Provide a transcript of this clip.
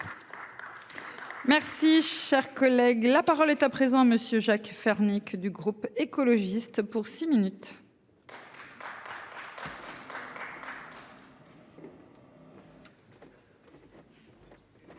Merci, cher collègue, la parole est à présent monsieur Jacques Fernique du groupe écologiste pour six minutes.